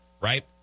right